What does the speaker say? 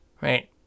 Right